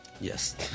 Yes